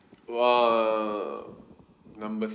well number